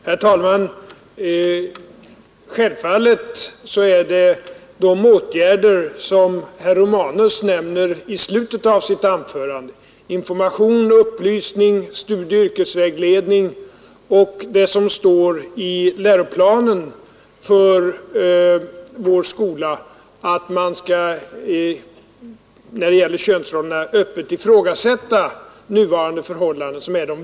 Herr talman! Självfallet är de viktigaste åtgärderna de som herr Romanus nämner i slutet av sitt anförande: information och upplysning, studieoch yrkesvägledning och det som står i läroplanen för vår skola om att nuvarande förhållanden när det gäller könsrollerna öppet skall ifrågasättas.